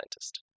scientist